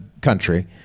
country